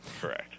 Correct